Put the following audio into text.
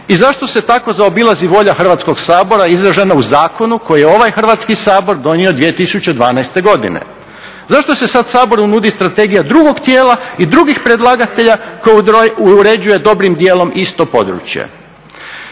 i zašto se tako zaobilazi volja Hrvatskog sabora izražena u zakonu koji je ovaj Hrvatski sabor donio 2012. godine. Zašto se sad Saboru nudi strategija drugog tijela i drugih predlagatelja koja uređuje dobrim dijelom isto područje?